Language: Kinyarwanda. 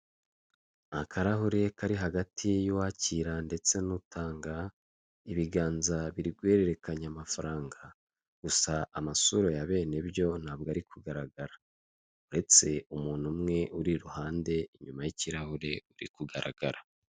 Akarahure kari hagati y'uwakira ndetse n'utanga, ibiganza biri guhererekanya amafaranga gusa amasura yabo ntabwo ari kugaragara uretse umuntu umwe uri iruhande inyuma y'ikirahure uri kugaragara.